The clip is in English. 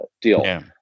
deal